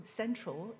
central